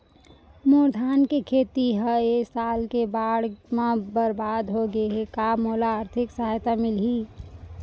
मोर धान के खेती ह ए साल के बाढ़ म बरबाद हो गे हे का मोला आर्थिक सहायता मिलही?